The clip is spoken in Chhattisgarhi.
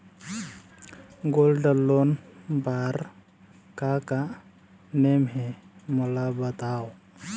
गोल्ड लोन बार का का नेम हे, मोला बताव?